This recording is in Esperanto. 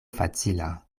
facila